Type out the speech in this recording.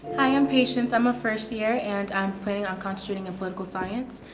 hi, i'm patience. i'm a first year and i'm planning on concentrating in political science.